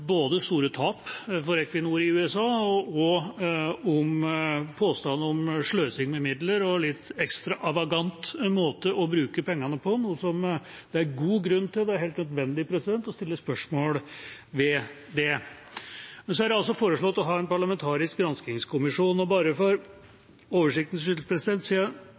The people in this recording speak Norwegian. både de opplysningene som har kommet fram om store tap for Equinor i USA, og påstander om sløsing med midler og en litt ekstravagant måte å bruke pengene på, noe som det er god grunn til – og helt nødvendig – å stille spørsmål om. Men så er det altså foreslått å ha en parlamentarisk granskingskommisjon. Bare for oversiktens skyld: